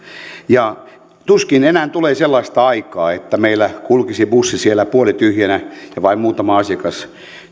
tavalla tuskin enää tulee sellaista aikaa että meillä kulkisi bussi siellä puolityhjänä vain muutama asiakas